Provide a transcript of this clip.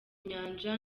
nyanja